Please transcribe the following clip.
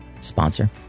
sponsor